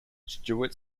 stewart